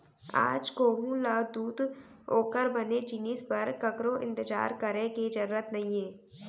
आज कोहूँ ल दूद ओकर बने जिनिस बर ककरो इंतजार करे के जरूर नइये